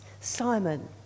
Simon